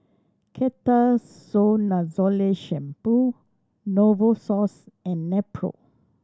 Ketoconazole Shampoo Novosource and Nepro